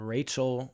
Rachel